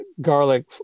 garlic